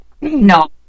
no